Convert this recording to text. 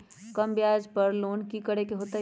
कम ब्याज पर लोन की करे के होतई?